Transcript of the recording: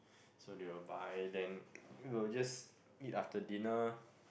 so they will buy then we will just eat after dinner